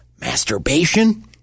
masturbation